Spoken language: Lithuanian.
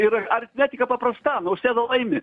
ir aritmetika paprasta nausėda laimi